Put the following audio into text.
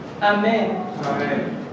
Amen